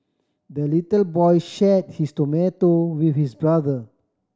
the little boy share his tomato with his brother